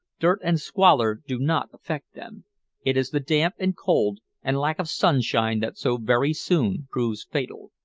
dirt and squalor do not affect them it is the damp and cold and lack of sunshine that so very soon proves fatal.